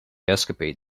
escapade